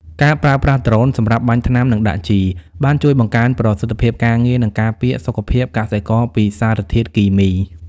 ការប្រើប្រាស់ដ្រូនសម្រាប់បាញ់ថ្នាំ និងដាក់ជី បានជួយបង្កើនប្រសិទ្ធភាពការងារ និងការពារសុខភាពកសិករពីសារធាតុគីមី។